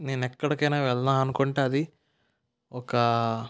నేను ఎక్కడికైనా వెళదాము అనుకుంటే అది ఒక